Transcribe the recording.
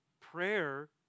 Prayer